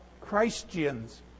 Christians